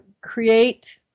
create